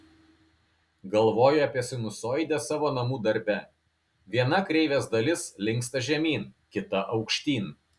galvojo apie sinusoidę savo namų darbe viena kreivės dalis linksta žemyn kita aukštyn